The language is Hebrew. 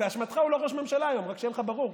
באשמתך הוא לא ראש ממשלה היום, רק שיהיה לך ברור.